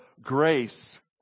grace